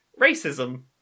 racism